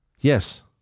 Yes